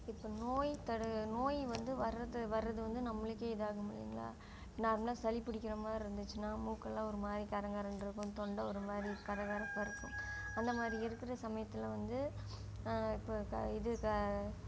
இப்போ நோய் தடு நோய் வந்து வர்றது வர்றது வந்து நம்மளுக்கே இதாகும் இல்லைங்களா நார்மலாக சளி பிடிக்கிற மாதிரி இருந்துச்சுன்னா மூக்கெல்லாம் ஒரு மாதிரி கரங்கரன்ட்டுருக்கும் தொண்டை ஒரு மாதிரி கரகரப்பாக இருக்கும் அந்தமாதிரி இருக்கிற சமயத்தில் வந்து இப்போ க இது க